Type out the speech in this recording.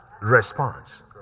Response